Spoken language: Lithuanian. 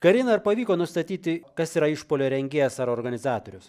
karina ar pavyko nustatyti kas yra išpuolio rengėjas ar organizatorius